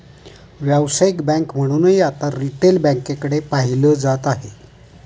व्यावसायिक बँक म्हणूनही आता रिटेल बँकेकडे पाहिलं जात आहे